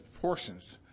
portions